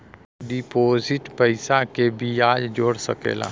deposit पइसा के बियाज जोड़ सकला